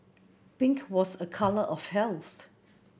pink was a colour of health